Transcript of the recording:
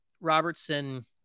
Robertson